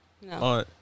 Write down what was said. No